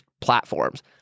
platforms